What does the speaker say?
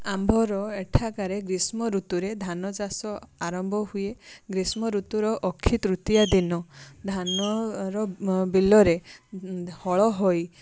ଆମ୍ଭର ଏଠାକାରେ ଗ୍ରୀଷ୍ମ ଋତୁରେ ଧାନ ଚାଷ ଆରମ୍ଭ ହୁଏ ଗ୍ରୀଷ୍ମ ଋତୁର ଅକ୍ଷିତୃତୀୟା ଦିନ ଧାନର ବିଲରେ ହଳ ହୋଇ